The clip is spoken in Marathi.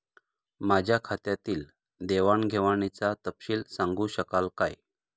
माझ्या खात्यातील देवाणघेवाणीचा तपशील सांगू शकाल काय?